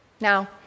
Now